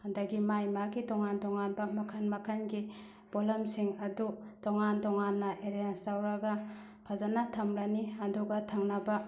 ꯑꯗꯒꯤ ꯃꯥꯏ ꯃꯥꯒꯤ ꯇꯣꯉꯥꯟ ꯇꯣꯉꯥꯟꯕ ꯃꯈꯜ ꯃꯈꯜꯒꯤ ꯄꯣꯠꯂꯝꯁꯤꯡ ꯑꯗꯨ ꯇꯣꯉꯥꯟ ꯇꯣꯉꯥꯟꯅ ꯑꯦꯔꯦꯖ ꯇꯧꯔꯒ ꯐꯖꯅ ꯊꯝꯂꯅꯤ ꯑꯗꯨꯒ ꯊꯝꯃꯕ